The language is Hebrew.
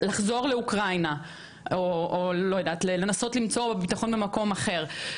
לחזור לאוקראינה או לנסות למצוא ביטחון במקום אחר,